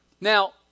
Now